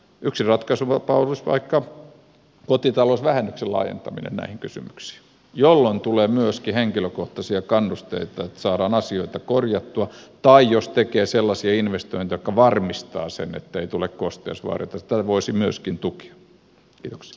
yksi ratkaisu voisi olla vaikka kotitalousvähennyksen laajentaminen näihin kysymyksiin jolloin tulee myöskin henkilökohtaisia kannusteita että saadaan asioita korjattua tai jos tekee sellaisia investointeja jotka varmistavat sen ettei tule kosteusvaurioita sitä voisi myöskin tukea